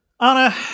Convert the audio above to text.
Anna